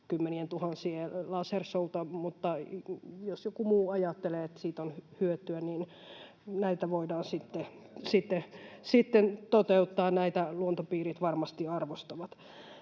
käyttöä löytyy rahalle!] mutta jos joku muu ajattelee, että siitä on hyötyä, niin näitä voidaan sitten toteuttaa. Näitä luontopiirit varmasti arvostavat.